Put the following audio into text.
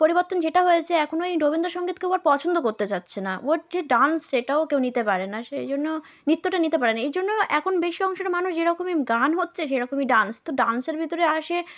পরিবর্তন যেটা হয়েছে এখন ওই রবীন্দ্রসঙ্গীত কেউ আর পছন্দ করতে চাইছে না ওর যে ডান্স সেটাও কেউ নিতে পারে না সেই জন্য নৃত্যটা নিতে পারে না এই জন্য এখন বেশি অংশের মানুষ যেরকমই গান হচ্ছে সেরকমই ডান্স তো ডান্সের ভিতরে আসে